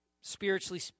spiritually